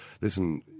listen